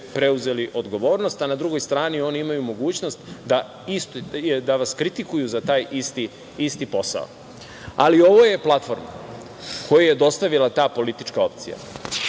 preuzeli odgovornost, a na drugoj strani oni imaju mogućnost da vas kritikuju za taj isti posao. Ovo je platforma koju je dostavila ta politička opcija,